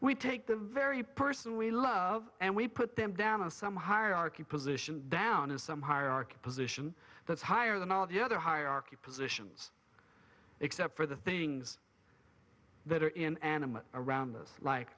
we take the very person we love and we put them down and some hierarchy position down is some hierarchy position that's higher than all the other hierarchy positions except for the things that are in animal around this like